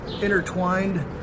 intertwined